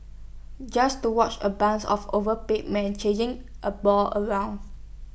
just to watch A bunch of overpaid men chasing A ball around